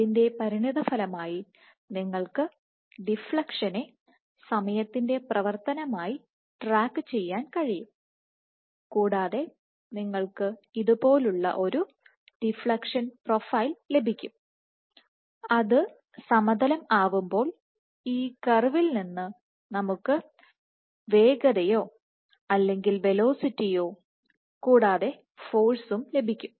അതിന്റെ പരിണതഫലമായി നിങ്ങൾക്ക് ഡിഫ്ളെക്ഷനെ സമയത്തിന്റെ പ്രവർത്തനമായി ട്രാക്കു ചെയ്യാൻ കഴിയും കൂടാതെ നിങ്ങൾക്ക് ഇതുപോലുള്ള ഒരു ഡിഫ്ളെക്ഷൻ പ്രൊഫൈൽ ലഭിക്കും അത് സമതലം ആവുമ്പോൾ ഈ കർവിൽ നിന്ന് നമുക്ക് വേഗതയോ അല്ലെങ്കിൽ വെലോസിറ്റിയോ കൂടാതെ ഫോഴ്സും ലഭിക്കും